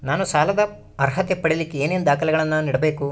ನಾನು ಸಾಲದ ಅರ್ಹತೆ ಪಡಿಲಿಕ್ಕೆ ಏನೇನು ದಾಖಲೆಗಳನ್ನ ನೇಡಬೇಕು?